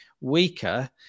weaker